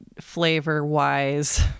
flavor-wise